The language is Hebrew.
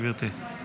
גברתי.